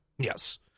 Yes